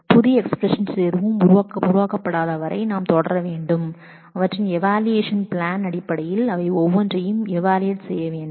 புதிய எக்ஸ்பிரஸன் எதுவும் உருவாக்கப்படாத வரை நாம் தொடர வேண்டும் அவற்றின் ஈவாலுவெஷன் பிளான் அடிப்படையில் அவை ஒவ்வொன்றையும் ஈவாலூவெட் செய்ய வேண்டும்